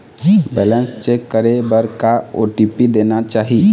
Balance check करे बर का ओ.टी.पी देना चाही?